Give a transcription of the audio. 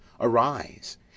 arise